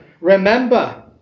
remember